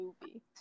movie